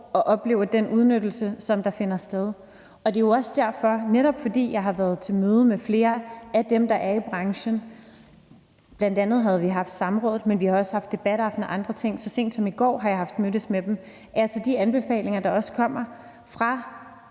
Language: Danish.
som oplever den udnyttelse, der finder sted. Netop fordi jeg har været til møde med flere af dem, der er i branchen – bl.a. har vi haft et samråd, men vi har også haft debataften og andre ting, og så sent som i går har jeg mødtes med dem – tager vi de anbefalinger, der også kommer fra